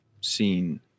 seen